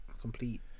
Complete